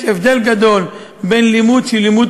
יש הבדל גדול בין לימוד שהוא לימוד